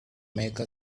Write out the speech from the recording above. make